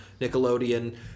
Nickelodeon